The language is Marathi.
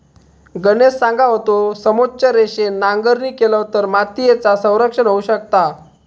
गणेश सांगा होतो, समोच्च रेषेन नांगरणी केलव तर मातीयेचा संरक्षण होऊ शकता